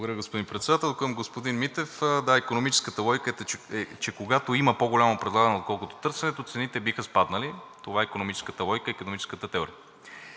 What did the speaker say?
Благодаря, господин Председател. Към господин Митев. Да, икономическата логика е, че когато има по-голямо предлагане, отколкото търсенето, цените биха спаднали. Това е икономическата логика и икономическата теория.